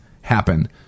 happen